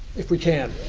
if we can?